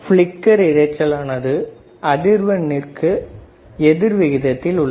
flicker இரைச்சல் ஆனது அதிர்வு எண்ணுக்கு எதிர் விகிதத்தில் உள்ளது